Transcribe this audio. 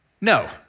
No